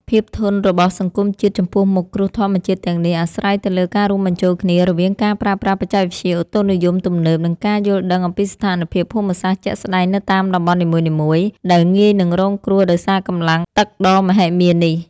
ភាពធន់របស់សង្គមជាតិចំពោះមុខគ្រោះធម្មជាតិទាំងនេះ អាស្រ័យទៅលើការរួមបញ្ចូលគ្នារវាងការប្រើប្រាស់បច្ចេកវិទ្យាឧតុនិយមទំនើប និងការយល់ដឹងអំពីស្ថានភាពភូមិសាស្ត្រជាក់ស្ដែងនៅតាមតំបន់នីមួយៗ ដែលងាយនឹងរងគ្រោះដោយសារកម្លាំងទឹកដ៏មហិមានេះ។